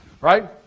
right